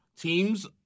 teams